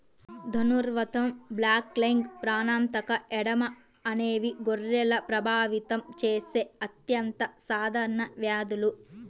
ధనుర్వాతం, బ్లాక్లెగ్, ప్రాణాంతక ఎడెమా అనేవి గొర్రెలను ప్రభావితం చేసే అత్యంత సాధారణ వ్యాధులు